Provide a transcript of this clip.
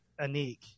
Anik